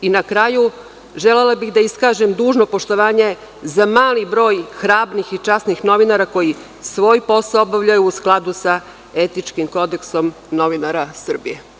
Na kraju, želela bih da iskažem dužno poštovanje za mali broj hrabrih i časnih novinara koji svoj posao obavljaju u skladu sa etičkim kodeksom novinara Srbije.